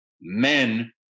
men